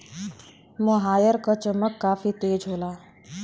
मोहायर क चमक काफी तेज होला